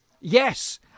Yes